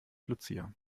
lucia